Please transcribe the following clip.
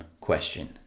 question